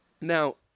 Now